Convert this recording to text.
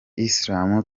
islam